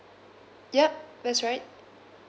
yup that's right